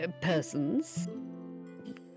persons